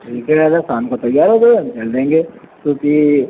ठीक है दादा शाम को तैयार हो जाइएगा हम चल देंगे क्योंकि